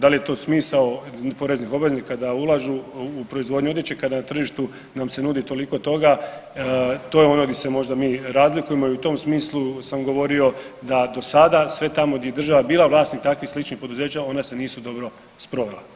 Da li je to smisao poreznih obveznika da ulažu u proizvodnju odjeće kada na tržištu nam se nudi toliko toga, to je ono di se možda mi razlikujemo i u tom smislu sam govorio da do sada, sve tamo di je država bila vlasnik takvih sličnih poduzeća, ona se nisu dobro sprovela.